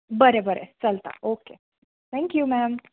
बरे बरे चलता ओके थॅक यू मॅम